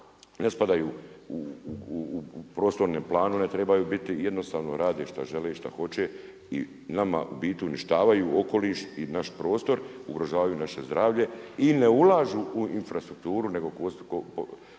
ne spadaju u prostorne planove, ne trebaju biti, jednostavno rade šta žele i šta hoće. I nama u biti uništavaju okoliš i naš prostor, ugrožavaju naše zdravlje i ne ulažu u infrastrukturu nego koriste